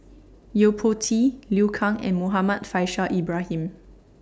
Yo Po Tee Liu Kang and Muhammad Faishal Ibrahim